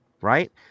Right